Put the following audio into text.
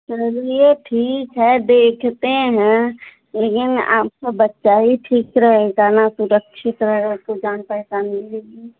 चलिए ठीक है देखते हैं लेकिन आपका बच्चा ही ठीक रहेगा ना सुरक्षित रहेगा तो जान पहचान मिलेगी